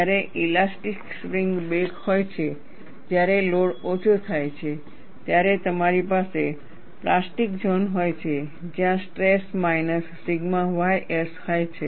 જ્યારે elastic spring back હોય છે જ્યારે લોડ ઓછો થાય છે ત્યારે તમારી પાસે પ્લાસ્ટિક ઝોન હોય છે જ્યાં સ્ટ્રેસ માઈનસ સિગ્મા ys હોય છે